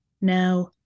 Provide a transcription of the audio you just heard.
Now